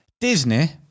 Disney